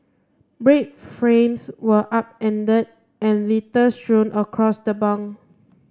bred frames were upend and litter strewn across the bunk